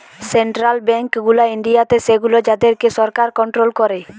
central bank গুলা ইন্ডিয়াতে সেগুলো যাদের কে সরকার কন্ট্রোল করে